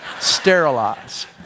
Sterilize